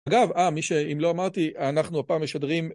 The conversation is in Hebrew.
אגב, אה, מי שאם לא אמרתי, אנחנו הפעם משדרים